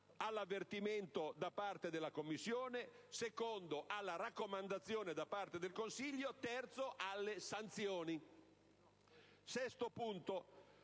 all'avvertimento da parte della Commissione, poi alla raccomandazione da parte del Consiglio e, quindi, alle sanzioni. Sesto punto.